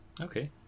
Okay